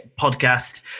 podcast